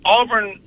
Auburn